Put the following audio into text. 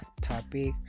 topic